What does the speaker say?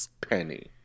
penny